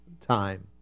time